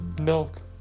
milk